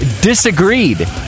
disagreed